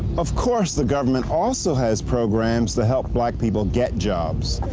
of course, the government also has programs that help black people get jobs.